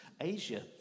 Asia